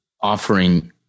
offering